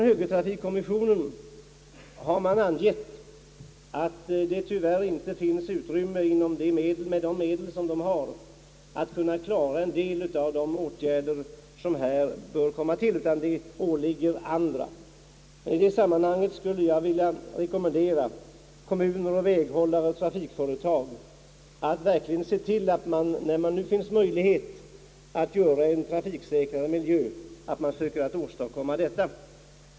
Högertrafikkommissionen har ansett att det med de medel som står till dess förfogande tyvärr inte finns utrymme för de åtgärder som bör vidtagas. Det åligger andra att skaffa dessa medel. I detta sammanhang skulle jag vilja rekommendera att kommuner, väghållare och trafikföretag nu, när det faktiskt finns möjligheter att åstadkomma en trafiksäkrare miljö, verkligen anstränger sig härvidlag.